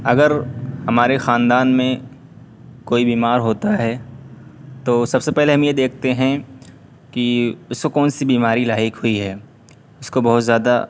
اگر ہمارے خاندان میں کوئی بیمار ہوتا ہے تو سب سے پہلے ہم یہ دیکھتے ہیں کہ اسے کون سی بیماری لاحق ہوئی ہے اس کو بہت زیادہ